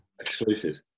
Exclusive